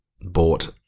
bought